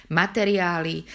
materiály